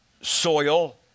soil